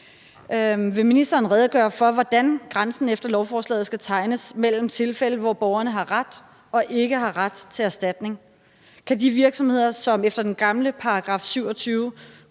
Vil ministeren redegøre for, hvordan grænsen efter lovforslaget skal tegnes mellem tilfælde, hvor borgerne har ret og ikke har ret til erstatning? Vil de virksomheder, som efter den gamle § 27